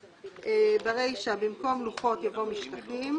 (1)ברישה, במקום "לוחות" יבוא "משטחים";